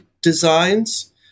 designs